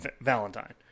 Valentine